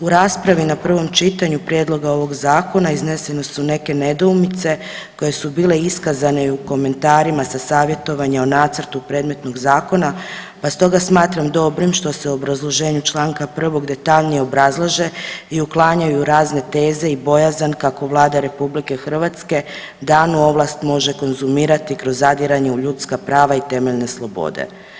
U raspravi na prvom čitanju prijedloga ovog Zakona iznesene su neke nedoumice koje su bile iskazane i u komentarima sa savjetovanja o nacrtu predmetnog zakona, pa stoga smatram dobrim što se u obrazloženju čl. 1 detaljnije obrazlaže i uklanjaju razne teze i bojazan kako Vlada RH danu ovlast može konzumirati kroz zadiranje u ljudska prava i temeljne slobode.